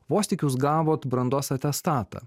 vos tik jūs gavot brandos atestatą